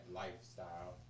lifestyle